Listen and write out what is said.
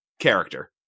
character